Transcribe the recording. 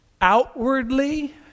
outwardly